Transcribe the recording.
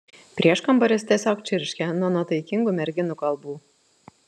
prieškambaris tiesiog čirškia nuo nuotaikingų merginų kalbų